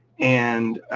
and